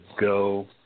go